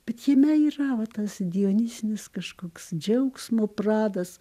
bet jame yra vat tas dionizinis kažkoks džiaugsmo pradas